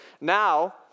Now